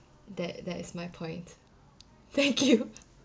that that is my point thank you